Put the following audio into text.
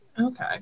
Okay